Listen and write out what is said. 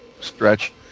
stretch